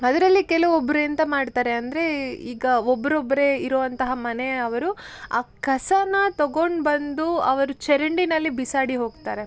ಅದರಲ್ಲಿ ಕೆಲವೊಬ್ಬರು ಎಂತ ಮಾಡ್ತಾರಂದರೆ ಈಗ ಒಬ್ಬೊಬ್ಬರೆ ಇರೋವಂತಹ ಮನೆಯವರು ಆ ಕಸನ ತಗೊಂಡು ಬಂದು ಅವರು ಚರಂಡಿನಲ್ಲಿ ಬಿಸಾಡಿ ಹೋಗ್ತಾರೆ